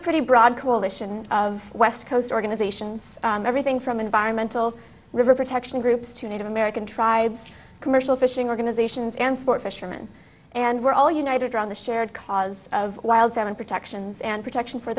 a pretty broad coalition of west coast organizations everything from environmental river protection groups to native american tribes commercial fishing organizations and sport fisherman and we're all united around the shared cause of wild salmon protections and protection for